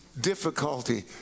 difficulty